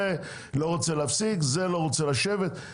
זה לא רוצה להפסיד וזה לא רוצה לשבת.